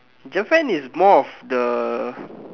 Japan is more of the